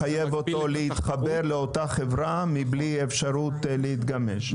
מחייב אותו להתחבר לאותה חברה מבלי אפשרות להתגמש?